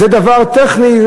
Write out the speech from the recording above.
זה דבר טכני.